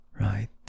right